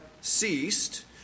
ceased